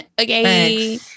Okay